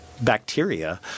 bacteria